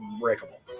breakable